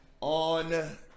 on